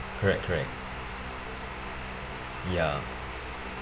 correct correct ya